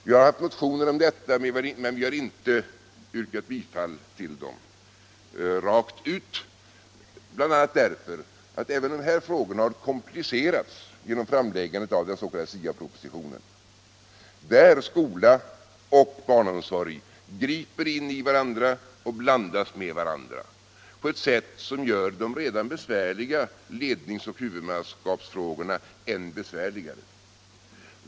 Vi har väckt motioner om detta men har inte yrkat bifall till dem rakt ut, bl.a. därför att även dessa Barnomsorgen Barnomsorgen frågor har komplicerats genom framläggande av den s.k. SIA-propositionen. I denna proposition glider skola och barnomsorg in i varandra och blandas med varandra på ett sätt som gör de redan besvärliga lednings och huvudmannaskapsfrågorna än besvärligare.